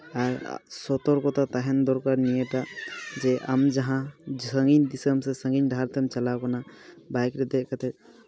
ᱟᱨ ᱥᱚᱛᱚᱨᱠᱚᱛᱟ ᱛᱟᱦᱮᱱ ᱫᱚᱨᱠᱟᱨ ᱱᱤᱭᱟᱹᱴᱟᱜ ᱡᱮ ᱟᱢ ᱡᱟᱦᱟᱸ ᱥᱟᱺᱜᱤᱧ ᱫᱤᱥᱚᱢ ᱥᱮ ᱥᱟᱺᱜᱤᱧ ᱰᱟᱦᱟᱨ ᱛᱮᱢ ᱪᱟᱞᱟᱣ ᱠᱟᱱᱟ ᱵᱟᱭᱤᱠ ᱨᱮ ᱫᱮᱡ ᱠᱟᱛᱮᱫ